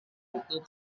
butuh